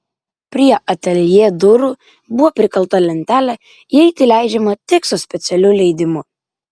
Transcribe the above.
prie ateljė durų buvo prikalta lentelė įeiti leidžiama tik su specialiu leidimu